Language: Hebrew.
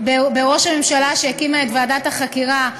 בראש הממשלה, שהקימה את ועדת החקירה,